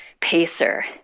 pacer